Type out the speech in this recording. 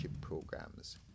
programs